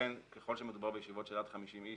ולכן ככל שמדובר בישיבות של עד 50 איש,